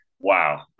wow